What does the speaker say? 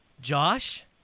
Josh